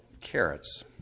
carrots